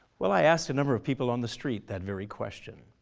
well i asked a number of people on the street that very question.